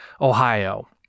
ohio